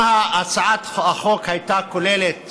אם הצעת החוק הייתה כוללת